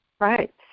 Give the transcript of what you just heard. Right